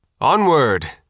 Onward